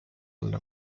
olla